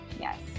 Yes